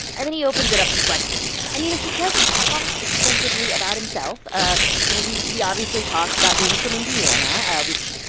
and then he opens it up to questions and, you know, he doesn't talk extensively about himself. ah you know, he he obviously talks about being from indiana, which,